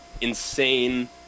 insane